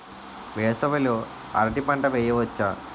వేసవి లో అరటి పంట వెయ్యొచ్చా?